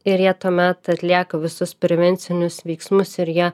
ir jie tuomet atlieka visus prevencinius veiksmus ir jie